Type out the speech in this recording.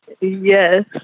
Yes